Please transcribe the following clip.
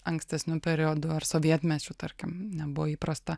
ankstesniu periodu ar sovietmečiu tarkim nebuvo įprasta